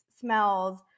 smells